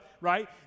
right